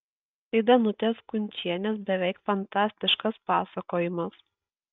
tai danutės kunčienės beveik fantastiškas pasakojimas